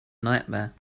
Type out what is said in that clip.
nightmare